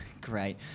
Great